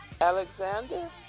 Alexander